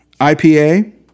IPA